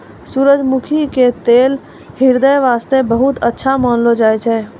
सूरजमुखी के तेल ह्रदय वास्तॅ बहुत अच्छा मानलो जाय छै